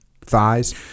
thighs